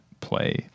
play